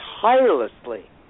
tirelessly